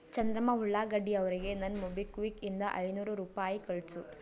ಚಂದ್ರಮ್ಮ ಉಳ್ಳಾಗಡ್ಡಿ ಅವರಿಗೆ ನನ್ನ ಮೊಬಿಕ್ವಿಕ್ ಇಂದ ಐನೂರು ರೂಪಾಯಿ ಕಳಿಸು